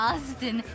Austin